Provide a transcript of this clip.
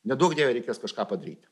neduok dieve reikės kažką padaryt